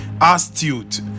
astute